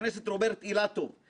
חבר הכנסת עיסאווי פריג',